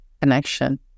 Connection